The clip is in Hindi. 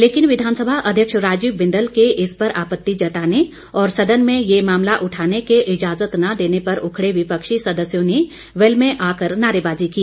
लेकिन विधानसभा अध्यक्ष राजीव बिंदल के इस पर आपत्ति जताने और सदन में ये मामला उठाने के इजाजत न देने पर उखड़े विपक्षी सदस्यों ने बेल में आकर नारेबाजी की